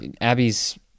Abby's